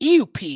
EUP